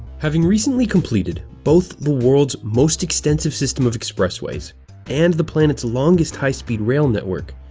having recently completed both the world's most extensive system of expressways and the planet's longest high speed rail network,